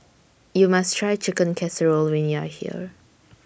YOU must Try Chicken Casserole when YOU Are here